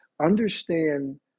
understand